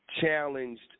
challenged